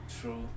True